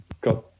got